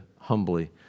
humbly